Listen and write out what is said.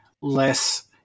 less